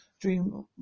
Dream